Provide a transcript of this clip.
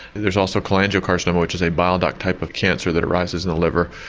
there's also cholangio carcinoma, which is a bile duct type of cancer that arises in the liver.